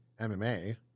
MMA